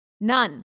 None